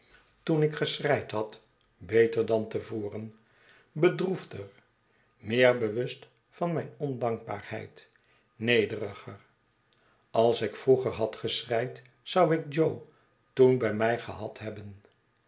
toen ik geschreid had beter dan te voren bedroefder meer bewust van mijne ondankbaarheid nederiger als ik vroeger had geschreid zou ik jo toen bij mij gehad hebben